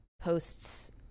posts